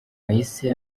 wahise